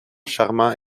charmants